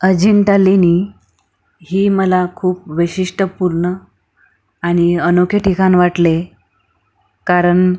अजिंठा लेणी ही मला खूप वैशिष्ट्यपूर्ण आणि अनोखे ठिकाण वाटले कारण